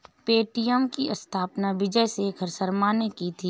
Paytm की स्थापना विजय शेखर शर्मा ने की थी